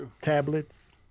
tablets